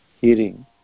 hearing